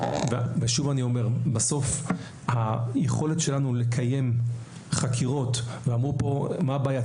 שוב אני אומר שבסוף היכולת שלנו לקיים חקירות ואמרו כאן מה הבעיה,